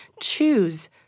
Choose